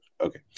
Okay